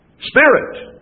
Spirit